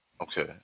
Okay